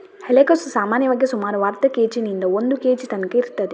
ಎಲೆಕೋಸು ಸಾಮಾನ್ಯವಾಗಿ ಸುಮಾರು ಅರ್ಧ ಕೇಜಿನಿಂದ ಒಂದು ಕೇಜಿ ತನ್ಕ ಇರ್ತದೆ